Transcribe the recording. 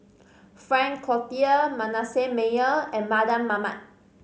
Frank Cloutier Manasseh Meyer and Mardan Mamat